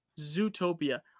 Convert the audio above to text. zootopia